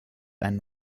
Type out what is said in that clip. einen